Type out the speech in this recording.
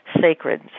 sacred